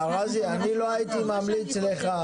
גראזי, אני לא הייתי ממליץ לך